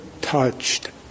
touched